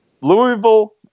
Louisville